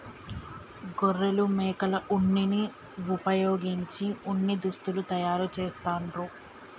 గొర్రెలు మేకల ఉన్నిని వుపయోగించి ఉన్ని దుస్తులు తయారు చేస్తాండ్లు